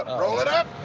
roll it up!